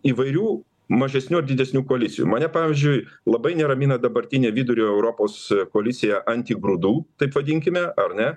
įvairių mažesnių ar didesnių koalicijų mane pavyzdžiui labai neramina dabartinė vidurio europos koalicija antigrūdų taip vadinkime ar ne